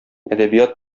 әдәбият